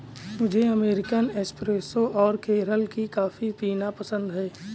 मुझे American espresso और केरल की कॉफी पीना पसंद है